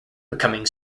becoming